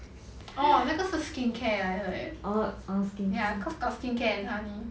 orh 那个是 skincare 来的 leh ya cause got skincare and honey